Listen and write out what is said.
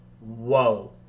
whoa